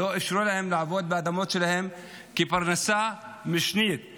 וגם לא אישרו להם לעבוד באדמות שלהם בחקלאות כפרנסה משנית.